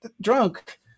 drunk